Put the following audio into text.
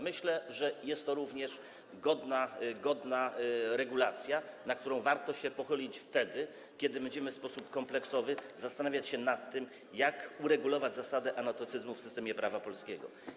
Myślę, że to jest również godna regulacja, nad którą warto się pochylić wtedy, kiedy będziemy w sposób kompleksowy zastanawiać się nad tym, jak uregulować zasadę anatocyzmu w systemie prawa polskiego.